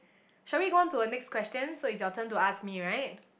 shall we go on to a next question so it's your turn to ask me right